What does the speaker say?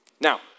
Now